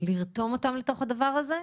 לרתום אותם לתוך הדבר הזה,